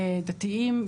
דתיים,